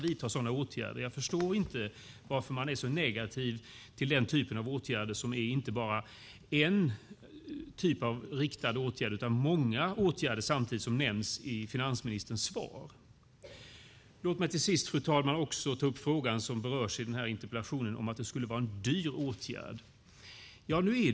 Jag förstår inte varför man är så negativ till denna typ av åtgärder. Det är inte bara en typ av riktad åtgärd utan många åtgärder samtidigt, vilket nämns i finansministerns svar. Låt mig till sist, fru talman, ta upp frågan som berörs i interpellationen om att det skulle vara en dyr åtgärd.